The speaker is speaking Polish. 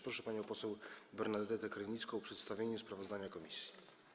Proszę panią poseł Bernadetę Krynicką o przedstawienie sprawozdania komisji.